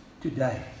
Today